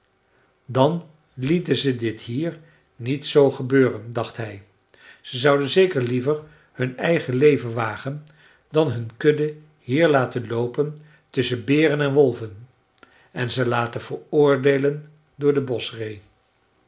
dan lieten ze dit hier niet maar zoo gebeuren dacht hij ze zouden zeker liever hun eigen leven wagen dan hun kudde hier laten loopen tusschen beren en wolven en ze laten veroordeelen door de boschree